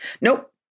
Nope